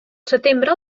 setembre